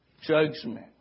judgment